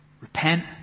Repent